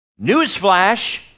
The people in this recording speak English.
newsflash